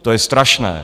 To je strašné!